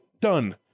Done